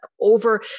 over